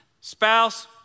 Spouse